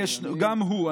יש, גם הוא.